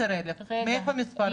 10,000. מאיפה המספר הזה?